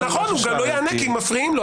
נכון, הוא גם לא יענה כי מפריעים לו.